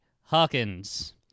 Hawkins